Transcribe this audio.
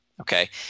Okay